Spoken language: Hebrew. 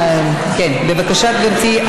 בבקשה, גברתי.